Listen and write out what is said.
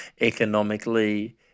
economically